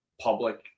public